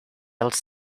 els